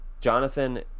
Jonathan